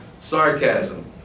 sarcasm